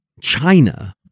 China